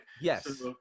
Yes